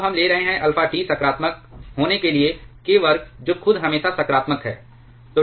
अब हम ले रहे हैं अल्फा T सकारात्मक होने के लिए k वर्ग जो खुद हमेशा सकारात्मक है